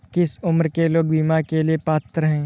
किस उम्र के लोग बीमा के लिए पात्र हैं?